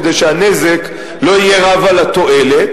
כדי שהנזק לא יהיה רב על התועלת,